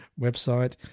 website